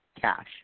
cash